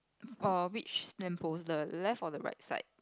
oh which lamp post the left or the right side